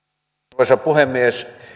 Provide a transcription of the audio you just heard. arvoisa puhemies